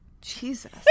Jesus